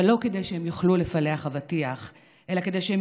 אבל לא כדי שהם יוכלו לפלח אבטיח אלא כדי שהם